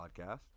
podcast